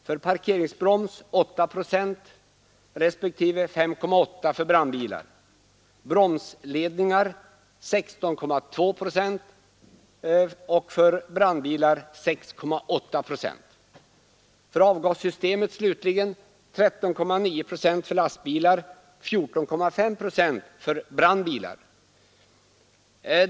För parkeringsbroms 8 respektive 5,8 procent, för bromsledningar 16,2 respektive 6,8 procent och för avgassystem slutligen 13,9 procent för lastbilar och 14,5 procent för brandbilar.